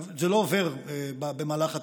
זה לא עובר במהלך הטיפול,